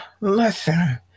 listen